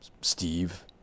Steve